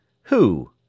Who